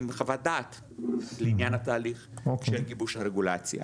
חוות דעת לעניין התהליך של גיבוש הרגולציה.